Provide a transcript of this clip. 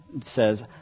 says